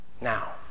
Now